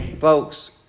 Folks